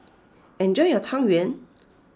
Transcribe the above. enjoy your Tang Yuen